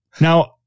Now